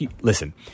Listen